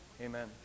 Amen